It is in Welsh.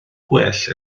gwell